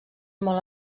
molt